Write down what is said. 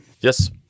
Yes